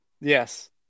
Yes